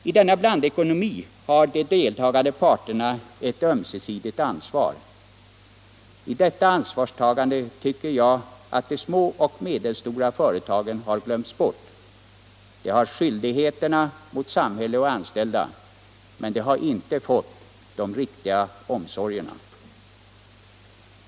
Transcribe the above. I denna blandekonomi har de deltagande parterna ett ömsesidigt ansvar. I detta ansvarstagande tycker jag att de små och medelstora företagen har glömts bort. De haf skyldigheterna mot samhälle och anställda, men de har inte fått de riktiga omsorgerna.